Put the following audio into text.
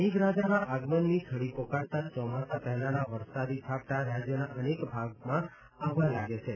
મેઘરાજાના આગમનની છડી પોકારતા ચોમાસા પહેલાના વરસાદી ઝાપટાં રાજ્યના અનેક ભાગમાં આવવા લાગ્યા છે